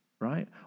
Right